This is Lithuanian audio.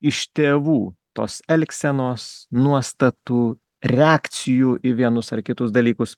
iš tėvų tos elgsenos nuostatų reakcijų į vienus ar kitus dalykus